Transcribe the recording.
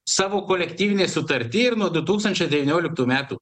savo kolektyvinėj sutarty ir nuo du tūkstančiai devynioliktų metų